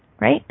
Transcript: right